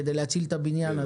כדי להציל את הבניין הזה.